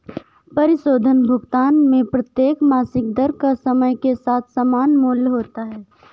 परिशोधन भुगतान में प्रत्येक मासिक दर का समय के साथ समान मूल्य होता है